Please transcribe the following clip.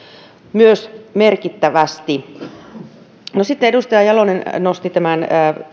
myös merkittävästi sitten edustaja jalonen nosti tämän